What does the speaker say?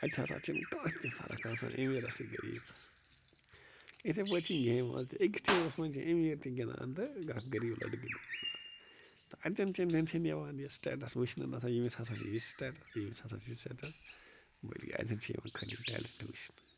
اَتہِ ہسا چھِ نہٕ کانٛہہ تہِ فرق آسان أمیٖرس تہٕ غریٖبس یِتھٕے پٲٹھۍ چھِ گیٚمہِ منٛز تہِ أکِس ٹیٖمس منٛز چھِ أمیٖر تہِ گِنٛدان تہٕ اکھ غریٖب لڑکہٕ تہِ گِنٛدان تہٕ اَتین چھِنہٕ یِوان یہِ سِٹیٚٹس وُچھنہٕ نہَ سا ییٚمِس ہسا چھُ یہِ سِٹیٚٹس تہِ ییٚمِس ہسا چھُ یہِ سِٹیٚٹس بٔلکہِ اَتین چھُ یِوان خٲلی ٹیٚلنٹ وُچھنہٕ